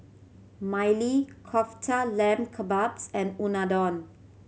Maili Kofta Lamb Kebabs and Unadon